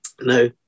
No